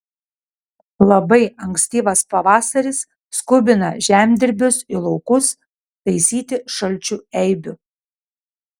labai ankstyvas pavasaris skubina žemdirbius į laukus taisyti šalčių eibių